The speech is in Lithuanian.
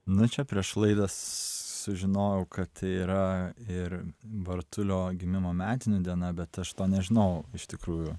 nu čia prieš laidą sužinojau kad yra ir bartulio gimimo metinių diena bet aš to nežinojau iš tikrųjų